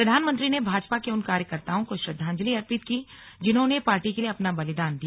प्रधानमंत्री ने भाजपा के उन कार्यकर्ताओं को श्रद्वांजलि अर्पित की जिन्होंने पार्टी के लिए अपना बलिदान दिया